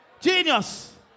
Genius